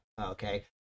okay